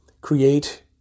create